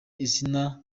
izina